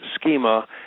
schema